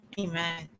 amen